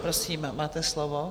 Prosím, máte slovo.